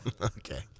Okay